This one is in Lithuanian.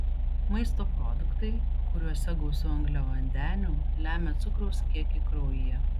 maisto produktai kuriuose gausu angliavandenių lemia cukraus kiekį kraujyje